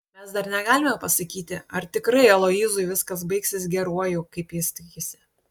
mes dar negalime pasakyti ar tikrai aloyzui viskas baigsis geruoju kaip jis tikisi